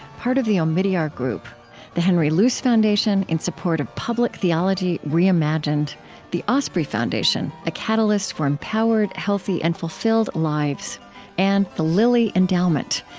part of the omidyar group the henry luce foundation, in support of public theology reimagined the osprey foundation a catalyst for empowered, healthy, and fulfilled lives and the lilly endowment,